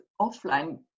offline